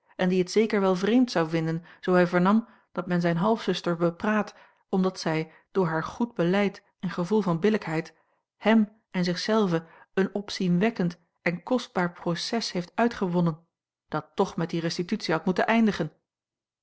en die het zeker wel vreemd zou vinden zoo hij vernam dat men zijne half zuster bepraat omdat zij door haar goed beleid en gevoel van billijkheid hem en zich zelve een opzienwekkend en kostbaar proces heeft uitgewonnen dat toch met die restitutie had moeten eindigen